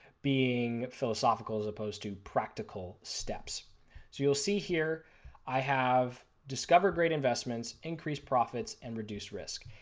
being philosophical as opposed to practical steps. so you will see here i have discovered great investments, increased profits and reduced risk.